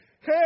Hey